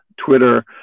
Twitter